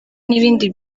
n’ibindi